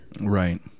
Right